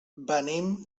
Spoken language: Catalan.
venim